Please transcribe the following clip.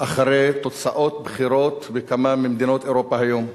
אחרי תוצאות בחירות בכמה ממדינות אירופה היום.